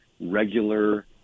regular